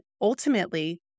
ultimately